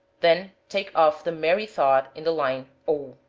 then take off the merry-thought in the line o,